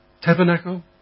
Tabernacle